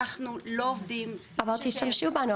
אנחנו לא עובדים --- אבל תשתמשו בנו,